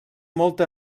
molta